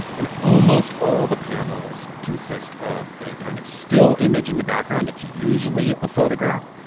and almost all the panels consist of a kind of still image in the background. it's usually a photograph.